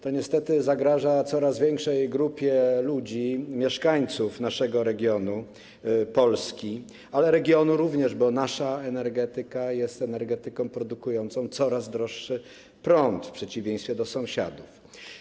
To niestety zagraża coraz większej grupie ludzi, mieszkańców naszego regionu i Polski, ale regionu również, bo nasza energetyka jest energetyką produkującą coraz droższy prąd, w przeciwieństwie do sąsiadów.